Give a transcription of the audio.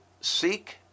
seek